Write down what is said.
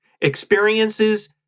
Experiences